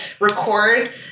record